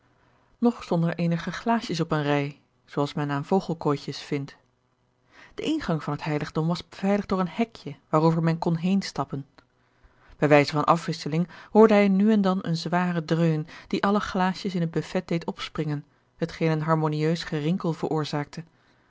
stonden er eenige glaasjes op eene rij zoo als men aan vogelkooitjes vindt de ingang van het heiligdom was beveiligd door een hekje waarover men kon heen stappen george een ongeluksvogel bij wijze van afwisseling hoorde hij nu en dan een zwaren dreun die alle glaasjes in het buffet deed opspringen hetgeen een harmonieus gerinkel veroorzaakte